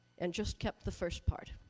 and just kept the first part.